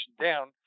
down